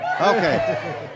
Okay